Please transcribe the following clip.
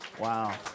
Wow